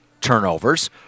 turnovers